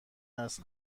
است